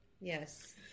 Yes